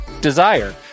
Desire